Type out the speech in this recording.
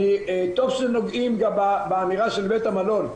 טוב שנוגעים גם באמירה של בית המלון,